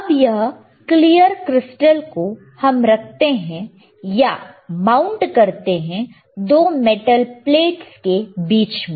अब यह clear crystal को हम रखते हैं या माउंट करते हैं 2 मेटल प्लेटस के बीच में